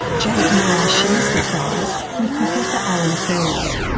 janet meagher shares the prize with professor allan fels.